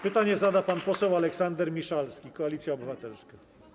Pytanie zada pan poseł Aleksander Miszalski, Koalicja Obywatelska.